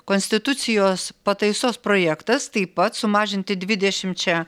konstitucijos pataisos projektas taip pat sumažinti dvidešimčia